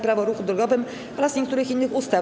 Prawo o ruchu drogowym oraz niektórych innych ustaw.